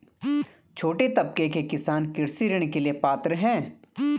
छोटे तबके के किसान कृषि ऋण के लिए पात्र हैं?